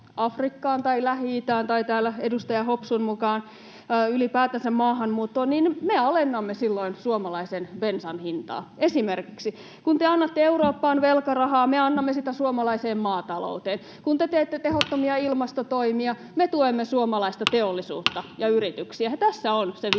Afrikkaan tai Lähi-itään tai — edustaja Hopsun mukaan — ylipäätänsä maahanmuuttoon, niin me alennamme silloin esimerkiksi suomalaisen bensan hintaa. Kun te annatte Eurooppaan velkarahaa, me annamme sitä suomalaiseen maatalouteen. Kun te teette tehottomia ilmastotoimia, me tuemme suomalaista teollisuutta ja yrityksiä. Tässä on se vissi